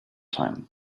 time